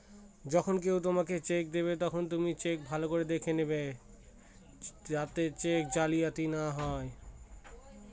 যখন কেউ তোমাকে চেক দেবে, ভালো করে দেখে নেবে যাতে চেক জালিয়াতি না হয়